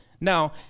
now